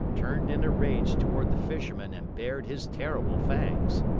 turned in a rage toward the fisherman and bared his terrible fangs.